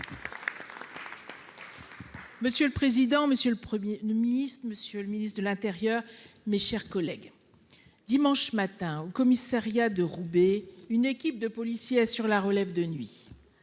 Monsieur le président. Monsieur le 1er Ministre, Monsieur le ministre de l'Intérieur. Mes chers collègues. Dimanche matin au commissariat de Roubaix, une équipe de policiers assurent la relève de nuit.